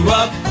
up